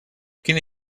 quina